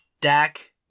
Dak